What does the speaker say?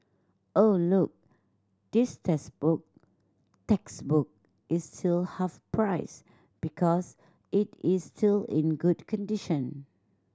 oh look this textbook textbook is still half price because it is still in good condition